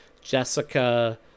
Jessica